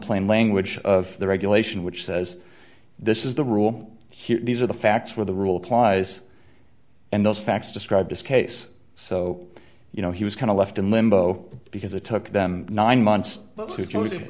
plain language of the regulation which says this is the rule here these are the facts where the rule applies and those facts describe this case so you know he was kind of left in limbo because it took them nine months to g